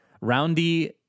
Roundy